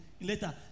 later